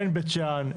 אין בית שאן,